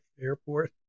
airport